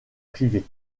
privée